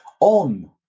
on